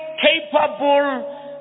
capable